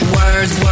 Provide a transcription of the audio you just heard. words